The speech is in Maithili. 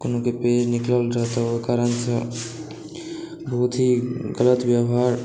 कोनोके पेज निकलल रहै तऽ ओहि कारणसे ओ अथी ग़लत व्यवहार